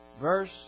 Verse